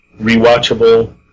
rewatchable